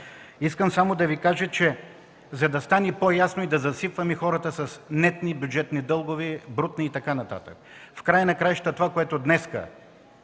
искам само да Ви кажа, че за да стане по-ясно и да засипваме хората с нетни и бюджетни дългове, брутни и така нататък... В края на краищата като госпожа